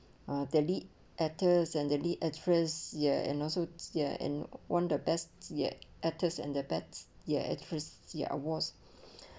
ah the lead actors and daily address ya and also ya and one of the best yet artists and their bets ya at first ya was